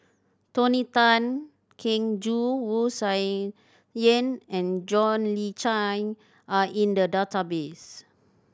Tony Tan Keng Joo Wu Tsai Yen and John Le Cain are in the database